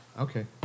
Okay